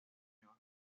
nuevas